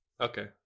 okay